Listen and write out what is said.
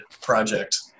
project